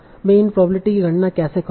मैं इन प्रोबेबिलिटी की गणना कैसे करूं